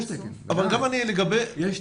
יש תקן,